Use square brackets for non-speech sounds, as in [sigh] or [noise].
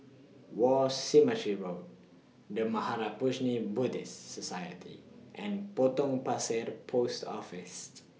War Cemetery Road The Mahaprajna [unintelligible] Buddhist Society and Potong Pasir Post Office